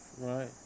right